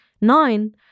nine